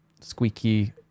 squeaky